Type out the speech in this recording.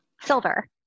Silver